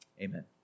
Amen